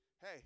Hey